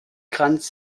kranz